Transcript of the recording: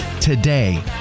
today